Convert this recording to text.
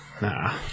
nah